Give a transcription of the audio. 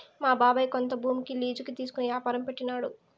మా బాబాయ్ కొంత భూమిని లీజుకి తీసుకునే యాపారం పెట్టినాడు